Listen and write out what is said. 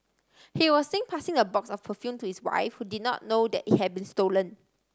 he was seen passing the box of perfume to his wife who did not know that it had been stolen